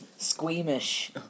Squeamish